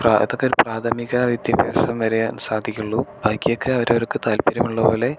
ഇതൊക്കെ ഒരു പ്രാഥമിക വിദ്യാഭ്യാസം വരെ സാധിക്കുള്ളൂ ബാക്കിയൊക്കെ അവരവർക്ക് താല്പര്യമുള്ളപോലെ